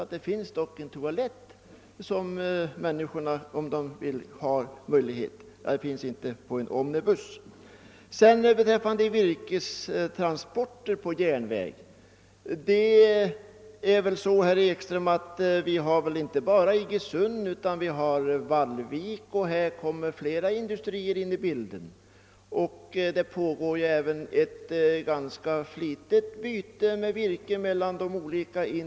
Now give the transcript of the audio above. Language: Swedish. Och rälsbussen har bl.a. den fördelen framför landsvägsbussen att den har toaletter. Vad virkestransporterna på järnvägen beträffar har vi ju inte bara Iggesund i de trakterna, herr Ekström, utan också Vallvik. Även flera andra industrier kommer in i bilden, och det pågår ett ganska flitigt virkesutbyte mellan dem.